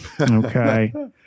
Okay